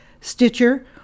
Stitcher